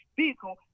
vehicle